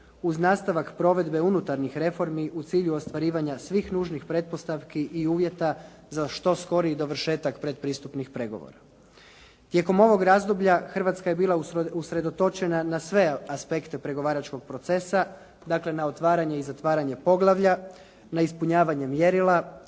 uz nastavak provedbe unutarnjih reformi u cilju ostvarivanja svih nužnih pretpostavki i uvjeta za što skoriji dovršetak predpristupnih pregovora. Tijekom ovog razdoblja Hrvatska je bila usredotočena na sve aspekte pregovaračkog procesa, dakle na otvaranje i zatvaranje poglavlja, na ispunjavanje mjerila,